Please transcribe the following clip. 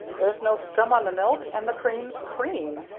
there's no scum on the milk, and the cream's cream!